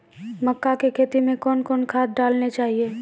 मक्का के खेती मे कौन कौन खाद डालने चाहिए?